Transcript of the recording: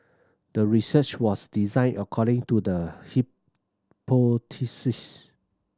the research was designed according to the hypothesis